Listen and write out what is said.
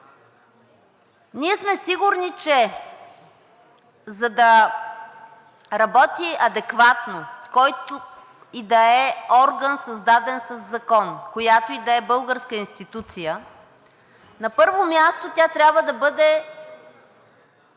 Ние сме сигурни, че за да работи адекватно който и да е орган, създаден със закон, която и да е българска институция, на първо място, тя трябва да бъде